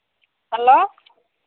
hello